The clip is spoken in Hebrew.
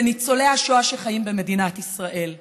לניצולי השואה שחיים במדינת ישראל.